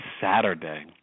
Saturday